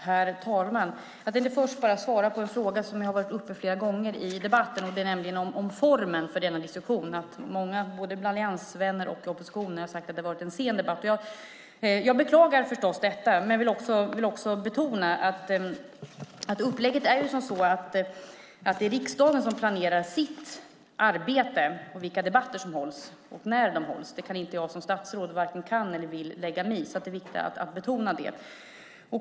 Herr talman! Jag tänkte först bara svara på en fråga som har varit uppe flera gånger i debatten, nämligen om formen för denna diskussion. Många, både alliansvänner och i oppositionen, har sagt att det har varit en sedan debatt. Jag beklagar förstås detta men upplägget är sådant att riksdagen planerar sitt arbete, vilka debatter som hålls och när de hålls. Jag som statsråd varken kan eller vill lägga mig i det. Det är viktigt att betona det.